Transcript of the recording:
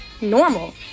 normal